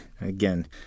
again